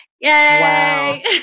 Yay